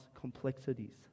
complexities